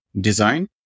design